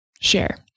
share